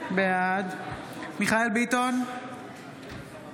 בעד מיכאל מרדכי ביטון,